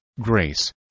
grace